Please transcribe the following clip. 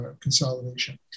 consolidation